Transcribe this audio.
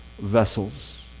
vessels